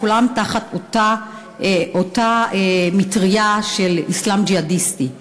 שכולם תחת אותה מטרייה של אסלאם ג'יהאדיסטי.